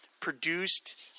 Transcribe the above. produced